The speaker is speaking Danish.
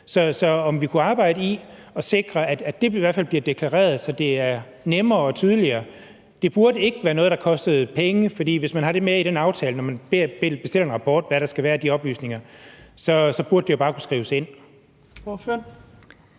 Så kan vi arbejde med at sikre, at det i hvert fald bliver deklareret, så det er nemmere og tydeligere? Det burde ikke være noget, der kostede penge, for hvis man har det med i aftalen, når man bestiller en rapport, hvad der skal være af oplysninger, burde det jo bare kunne skrives ind. Kl.